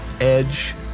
edge